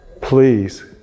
Please